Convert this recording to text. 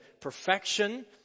perfection